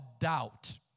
doubt